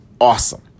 awesome